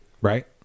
Right